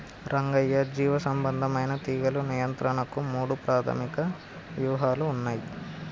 రంగయ్య జీవసంబంధమైన తీగలు నియంత్రణకు మూడు ప్రాధమిక వ్యూహాలు ఉన్నయి